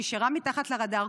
נשארה מתחת לרדאר.